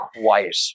quiet